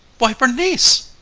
why bernice!